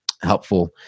helpful